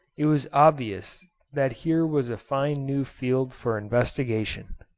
it was obvious that here was a fine new field for investigation.